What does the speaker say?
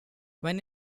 when